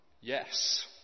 Yes